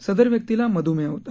सदर व्यक्तीला मधुमेह होता